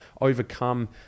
overcome